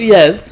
Yes